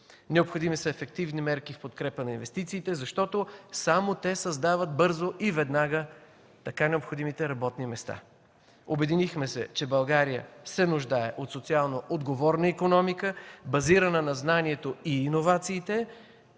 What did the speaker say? Необходими са ефективни мерки в подкрепа на инвестициите, защото само те създават бързо и веднага така необходимите работни места. Обединихме се, че България се нуждае от социалноотговорна икономика, базирана на знанието и иновациите